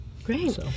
Great